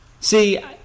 See